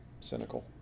cynical